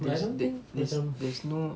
that's the thing there's there's no